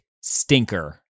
stinker